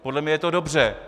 Podle mě je to dobře.